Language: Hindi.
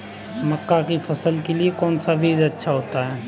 मक्का की फसल के लिए कौन सा बीज अच्छा होता है?